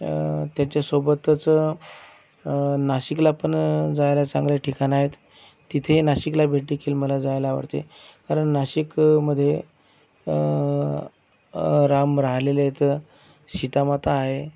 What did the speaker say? त्याच्यासोबतच नाशिकला पण जायला चांगले ठिकाणं आहेत तिथेही नाशिकला भे देखील मला जायला आवडते कारण नाशिकमध्ये राम राहिलेले आहेत सीतामाता आहे